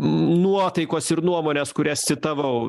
nuotaikos ir nuomonės kurias citavau